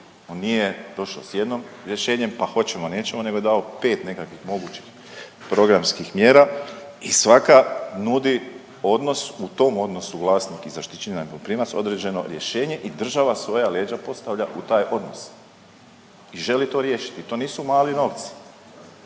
On nije došao sa jednim rješenjem pa hoćemo, nećemo nego je dao pet nekakvih mogućih programskih mjera i svaka nudi odnos u tom odnosu vlasnik i zaštićeni najmoprimac određeno rješenje i država svoja leđa postavlja u taj odnos i želi to riješiti. I to nisu mali novci.